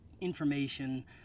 information